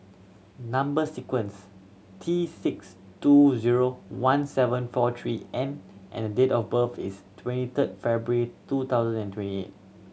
number sequence T six two zero one seven four three N and date of birth is twenty third February two thousand and twenty eight